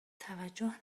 توجه